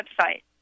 website